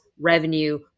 revenue